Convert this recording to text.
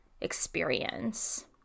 experience